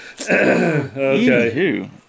Okay